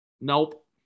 Nope